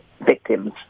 victims